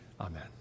Amen